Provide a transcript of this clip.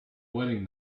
wedding